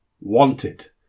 Wanted